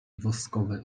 woskowy